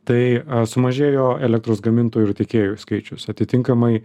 tai sumažėjo elektros gamintojų ir tiekėjų skaičius atitinkamai